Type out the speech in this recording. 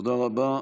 תודה רבה.